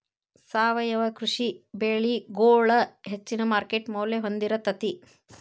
ಸಾವಯವ ಕೃಷಿ ಬೆಳಿಗೊಳ ಹೆಚ್ಚಿನ ಮಾರ್ಕೇಟ್ ಮೌಲ್ಯ ಹೊಂದಿರತೈತಿ